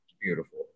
Beautiful